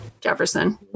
Jefferson